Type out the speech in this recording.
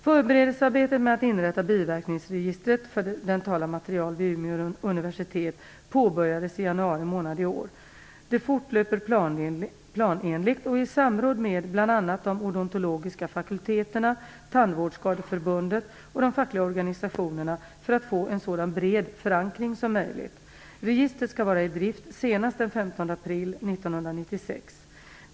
Förberedelsearbetet med att inrätta biverkningsregistret för dentala material vid Umeå universitet påbörjades i januari månad i år. Det fortlöper planenligt och i samråd med bl.a. de odontologiska fakulteterna, Tandvårdsskadeförbundet och de fackliga organisationerna för att få en så bred förankring som möjligt. Registret skall vara i drift senast den 15 april 1996.